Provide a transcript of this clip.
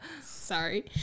sorry